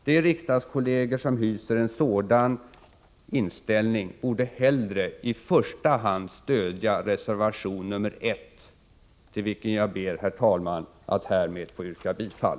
De riksdagskolleger som hyser en sådan inställning borde hellre i första hand stödja reservation 1, till vilken jag ber, herr talman, att härmed få yrka bifall.